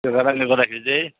त्यो भएर यसले गर्दाखेरि चाहिँ